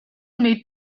may